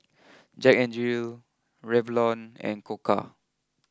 Jack N Jill Revlon and Koka